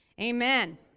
amen